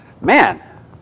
man